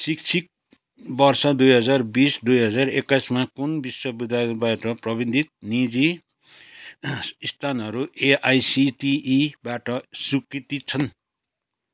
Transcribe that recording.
शैक्षिक वर्ष दुई हजार बिस दुई हजार एक्काइसमा कुन विश्वविद्यालयबाट प्रबिन्धित निजी स्थानहरू एआइसिटिईबाट स्वीकृति छन्